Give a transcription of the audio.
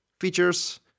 features